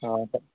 অঁ